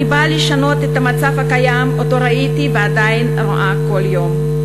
אני באה לשנות את המצב הקיים שראיתי ואני עדיין רואה כל יום.